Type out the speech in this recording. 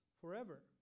forever